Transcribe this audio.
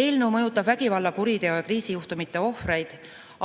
Eelnõu mõjutab vägivalla-, kuriteo- ja kriisijuhtumite ohvreid,